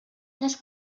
les